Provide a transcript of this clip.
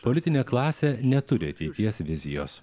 politinė klasė neturi ateities vizijos